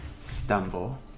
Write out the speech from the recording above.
stumble